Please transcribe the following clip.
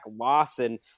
Lawson